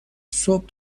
صبح